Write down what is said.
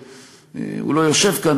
הוא לא יושב כאן,